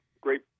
great